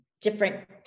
different